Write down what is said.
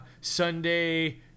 Sunday